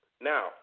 Now